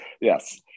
Yes